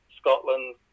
Scotland